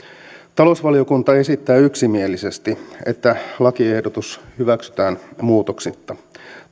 talousvaliokunta esittää yksimielisesti että lakiehdotus hyväksytään muutoksitta